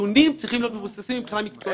הציונים צריכים להיות מבוססים מבחינה מקצועית.